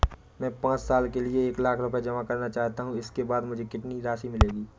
मैं पाँच साल के लिए एक लाख रूपए जमा करना चाहता हूँ इसके बाद मुझे कितनी राशि मिलेगी?